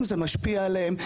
אם זה משפיע עליהם,